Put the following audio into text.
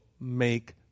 make